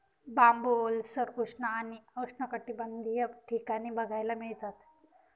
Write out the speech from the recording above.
बांबू ओलसर, उष्ण आणि उष्णकटिबंधीय ठिकाणी बघायला मिळतात